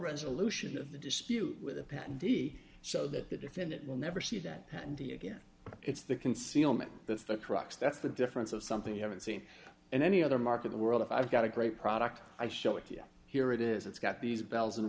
resolution of the dispute with the di so that the defendant will never see that and he again it's the concealment that's the crux that's the difference of something you haven't seen in any other market the world if i've got a great product i show it to you here it is it's got these bells and